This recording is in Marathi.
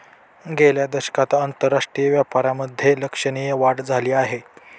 गेल्या दशकात आंतरराष्ट्रीय व्यापारामधे लक्षणीय वाढ झाली आहे